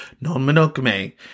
Non-monogamy